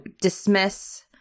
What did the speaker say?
dismiss